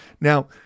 Now